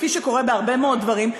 כפי שקורה בהרבה מאוד דברים,